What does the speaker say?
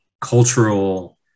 cultural